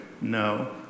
No